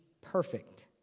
perfect